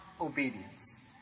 obedience